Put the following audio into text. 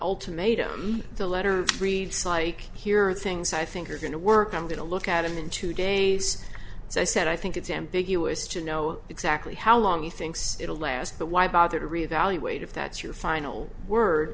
ultimatum the letter reads like here are things i think are going to work i'm going to look at him in two days so i said i think it's ambiguous to know exactly how long he thinks it'll last but why bother to revaluate if that's your final word